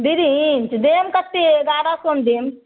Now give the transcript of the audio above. बेंच देब कते एगारह सओमे देब